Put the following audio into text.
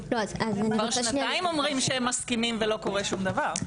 כבר שנתיים אומרים שהם מסכימים ולא קורה שום דבר.